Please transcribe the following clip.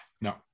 No